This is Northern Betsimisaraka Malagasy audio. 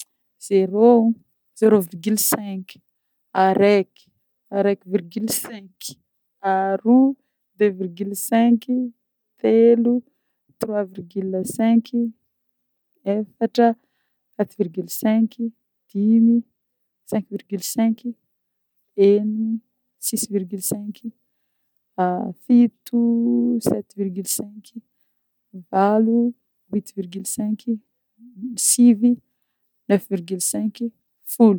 zéro, zéro virgule cinq, areky, areky virgule cinq, aroa, deux virgule cinq, telo, trois virgule cinq, efatra, quatre virgule cinq, dimy, cinq virgule cinq, enigna, six virgule cinq, fito, sept virgule cinq, valo, huit virgule cinq, sivy, neuf virgule cinq, folo